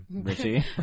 Richie